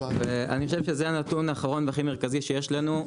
אני חושב שזה הנתון האחרון והכי מרכזי שיש לנו.